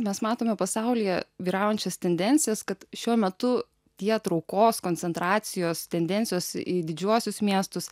mes matome pasaulyje vyraujančias tendencijas kad šiuo metu tie traukos koncentracijos tendencijos į didžiuosius miestus